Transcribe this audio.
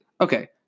Okay